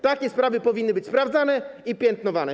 Takie sprawy powinny być sprawdzane i piętnowane.